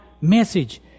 message